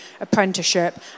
apprenticeship